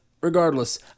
regardless